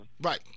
right